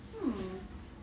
hmm